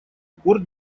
упор